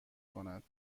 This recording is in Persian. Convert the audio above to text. کند